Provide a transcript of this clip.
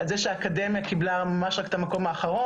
על זה שהאקדמיה קיבלה ממש רק את המקום האחרון.